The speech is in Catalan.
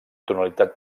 tonalitat